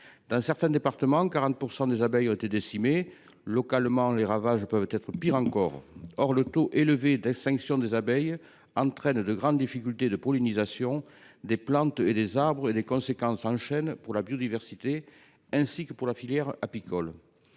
Dans certains départements, 40 % des abeilles ont été décimés. Localement, les ravages peuvent être pires encore. Or le taux élevé d’extinction des abeilles entraîne de grandes difficultés de pollinisation des plantes et des arbres et des conséquences en chaîne pour la biodiversité ainsi que pour la filière apicole.